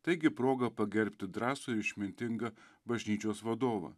taigi proga pagerbti drąsų ir išmintingą bažnyčios vadovą